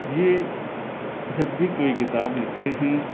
یہ جب بھی کوئی کتاب لکھتے ہیں